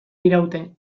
diraute